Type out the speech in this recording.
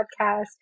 podcast